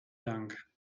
dank